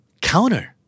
Counter